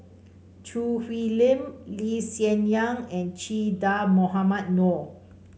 Choo Hwee Lim Lee Hsien Yang and Che Dah Mohamed Noor